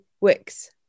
Wicks